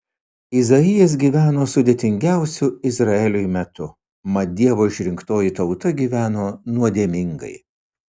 izaijas gyveno sudėtingiausiu izraeliui metu mat dievo išrinktoji tauta gyveno nuodėmingai